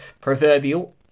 proverbial